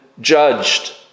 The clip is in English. judged